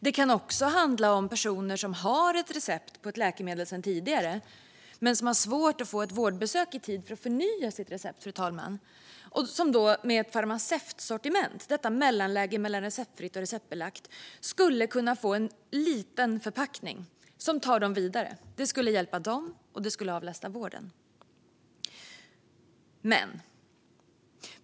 Det kan också handla om personer som har ett recept på ett läkemedel sedan tidigare men som har svårt att få ett vårdbesök i tid för att förnya sitt recept men som med hjälp av ett farmaceutsortiment, detta mellanläge mellan receptfritt och receptbelagt, skulle kunna få en liten förpackning som tar dem vidare. Det skulle hjälpa dem, och det skulle avlasta vården.